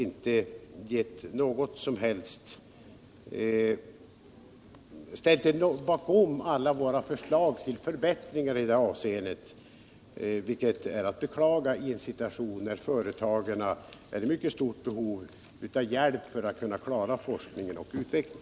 Ni har över huvud taget inte ställt er bakom våra förslag till förbättringar, vilket är att beklaga i en situation där företagen är i mycket stort behov av hjälp för att kunna klara forskning och utveckling.